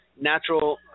Natural